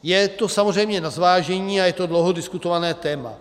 Je to samozřejmě na zvážení a je to dlouho diskutované téma.